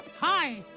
hi.